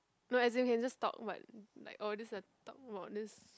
no as in you can just talk but like oh this is the talk about this